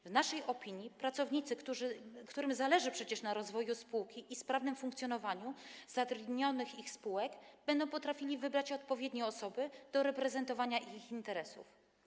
W naszej opinii pracownicy, którym zależy przecież na rozwoju spółki i sprawnym funkcjonowaniu zatrudniających ich spółek, będą umieli wybrać odpowiednie osoby do reprezentowania ich interesów.